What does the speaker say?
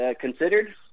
considered